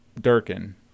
durkin